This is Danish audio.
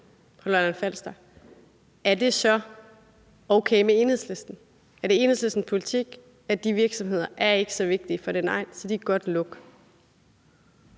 på Lolland-Falster, er det så okay med Enhedslisten? Er det Enhedslistens politik, at de virksomheder ikke er så vigtige for den egn, så de kan godt lukke?